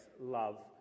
love